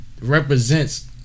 represents